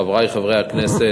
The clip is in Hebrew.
חברי חברי הכנסת,